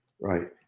Right